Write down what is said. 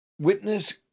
witness